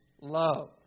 love